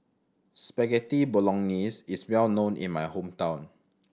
Spaghetti Bolognese is well known in my hometown